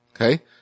Okay